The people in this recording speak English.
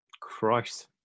Christ